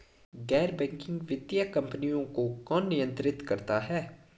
गैर बैंकिंग वित्तीय कंपनियों को कौन नियंत्रित करता है?